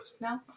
No